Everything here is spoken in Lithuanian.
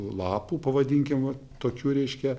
lapų pavadinkim va tokių reiškia